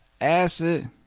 Acid